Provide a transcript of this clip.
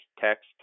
text